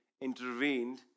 intervened